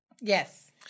Yes